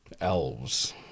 elves